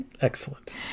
excellent